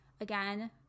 again